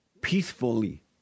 peacefully